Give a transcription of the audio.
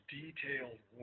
detailed